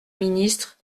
ministre